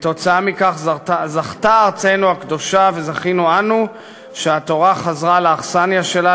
כתוצאה מכך זכתה ארצנו הקדושה וזכינו אנו שהתורה חזרה לאכסניה שלה,